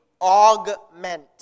augment